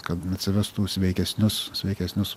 kad atsivestų sveikesnius sveikesnius